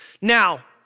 Now